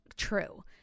true